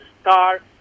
star